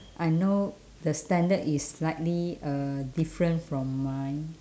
I know the standard is slightly uh different from mine